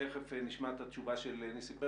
ותכף נשמע את התשובה של ניסים פרץ.